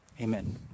Amen